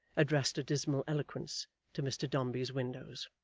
addressed a dismal eloquence to mr dombey's windows.